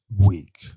week